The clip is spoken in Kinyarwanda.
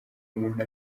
muntu